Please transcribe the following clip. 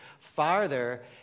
farther